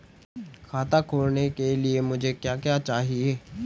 खाता खोलने के लिए मुझे क्या क्या चाहिए?